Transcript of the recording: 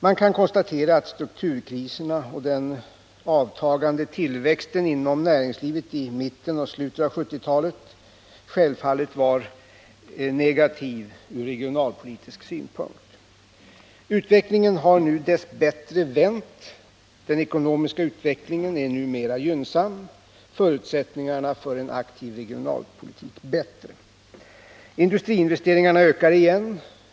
Man kan konstatera att strukturkriserna och den avtagande tillväxten inom näringslivet i mitten och slutet av 1970-talet självfallet var negativa ur regionalpolitisk synvinkel. Utvecklingen har nu dess bättre vänt. Den ekonomiska utvecklingen är nu mer gynnsam, förutsättningarna för en aktiv regionalpolitik bättre. Industriinvesteringarna ökar igen.